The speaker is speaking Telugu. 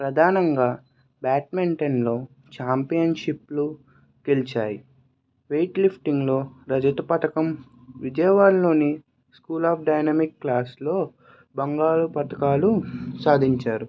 ప్రధానంగా బ్యాట్మెంటన్లో ఛాంపియన్ షిఫ్ట్లు గెలిచాయి వెయిట్ లిఫ్టింగ్లో ప్రభుత్వ పథకం విజయవాడలోని స్కూల్ ఆఫ్ డైనమిక్ క్లాసులో బంగారు పతకాలు సాధించారు